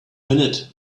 minute